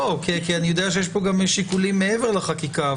כי אני יודע שיש פה גם שיקולים מעבר לחקיקה,